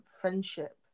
friendship